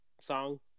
song